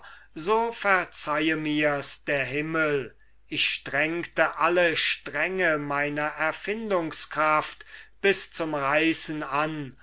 so verzeihe mirs der himmel ich strengte alle stränge meiner erfindungskraft bis zum reißen an